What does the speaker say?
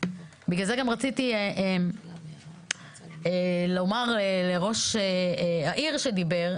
בגלל זה גם רציתי לומר לראש העיר שדיבר,